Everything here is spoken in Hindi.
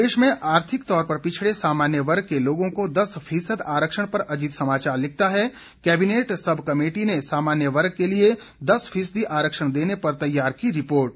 प्रदेश में आर्थिक तौर पर पिछड़े सामान्य वर्ग के लोगों को दस फीसद आरक्षण पर अजीत समाचार लिखता है कैबिनेट सब कमेटी ने सामान्य वर्ग के लिए दस फीसदी आरक्षण देने पर तैयार की रिपोर्ट